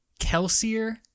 Kelsier